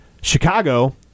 Chicago